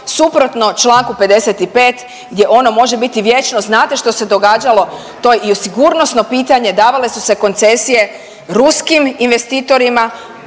suprotno čl. 55. gdje ono može biti vječno, znate što se događalo to i sigurnosno pitanje, davale su se koncesije ruskim investitorima,